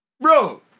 Bro